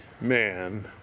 man